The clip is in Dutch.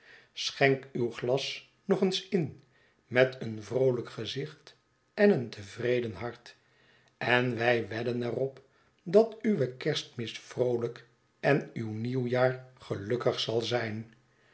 schenk uw glas nog eens in met een vroolijk gezicht en een tevreden hart en wij wedden er op dat uwe kerstmis vroolijk en uw nieuwjaar gelukkig zal zijn